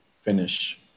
finish